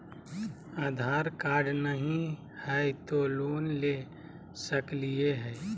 आधार card नही हय, तो लोन ले सकलिये है?